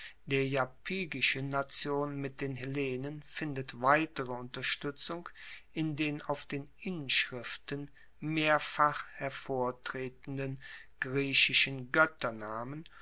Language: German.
der iapygischen nation mit den hellenen findet weitere unterstuetzung in den auf den inschriften mehrfach hervortretenden griechischen